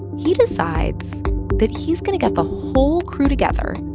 he decides that he's going to get the whole crew together,